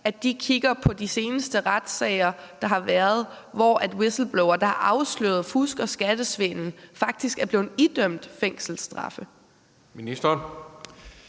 som kigger på de seneste retssager, der har været, hvor whistleblowere, der har afsløret fusk og skattesvindel, faktisk er blevet idømt fængselsstraffe.